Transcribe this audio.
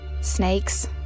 Snakes